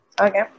Okay